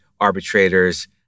arbitrators